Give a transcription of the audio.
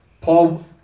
Paul